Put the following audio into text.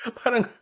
parang